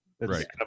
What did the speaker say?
Right